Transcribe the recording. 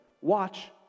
watch